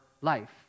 life